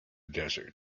desert